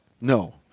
No